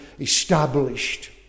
established